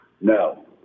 No